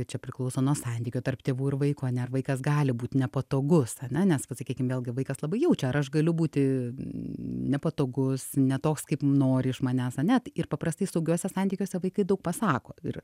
čia priklauso nuo santykio tarp tėvų ir vaikų ane ar vaikas gali būt nepatogus ane nes vat sakykim vėlgi vaikas labai jaučia ar aš galiu būti nepatogus ne toks kaip nori iš manęs ane tai ir paprastai saugiuose santykiuose vaikai daug pasako ir